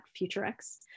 FutureX